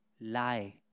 lie